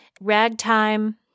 ragtime